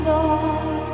Lord